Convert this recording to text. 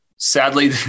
Sadly